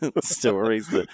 stories